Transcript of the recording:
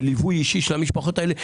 בליווי אישי של המשפחות האלה.